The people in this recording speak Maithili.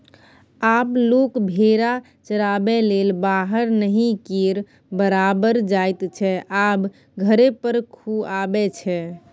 आब लोक भेरा चराबैलेल बाहर नहि केर बराबर जाइत छै आब घरे पर खुआबै छै